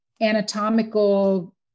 anatomical